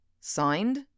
Signed